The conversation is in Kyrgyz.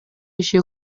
иши